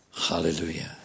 Hallelujah